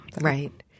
Right